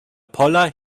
poller